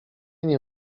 nie